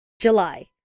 July